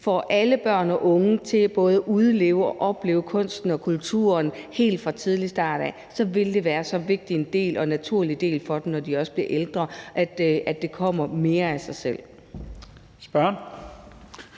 får alle børn og unge til både at udleve og opleve kunsten og kulturen helt fra tidlig start af, så vil det være så vigtig og naturlig en del for dem, også når de bliver ældre, at det kommer mere af sig selv.